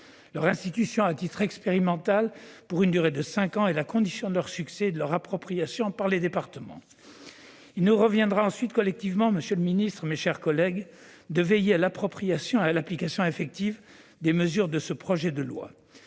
Leur institution, à titre expérimental pour une durée de cinq ans, est la condition de leur succès et de leur appropriation par les départements. Il nous reviendra ensuite collectivement, monsieur le secrétaire d'État, mes chers collègues, de veiller à l'appropriation et à l'application effective des mesures de ce projet de loi.